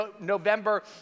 November